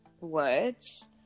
words